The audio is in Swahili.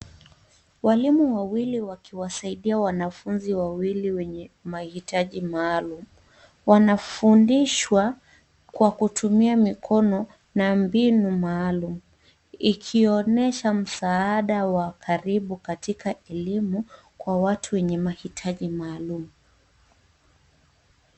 Walimu wawili wakiwasaidia wanafunzi wawili wenye mahitaji maalum. Wanafundishwa kwa kutumia mikono na mbinu maalum, ikionyesha msaada wa karibu katika elimu kwa watu wenye mahitaji maalum.